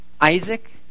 Isaac